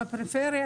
בפריפריה?